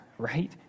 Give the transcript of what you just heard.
right